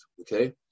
okay